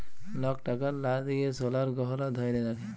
lock টাকার লা দিঁয়ে সলার গহলা ধ্যইরে রাখে